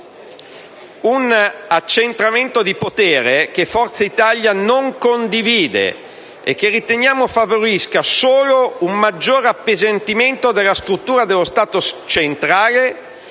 un accentramento di potere che Forza Italia non condivide e che riteniamo favorisca solo un maggiore appesantimento della struttura dello Stato centrale